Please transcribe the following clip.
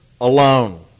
alone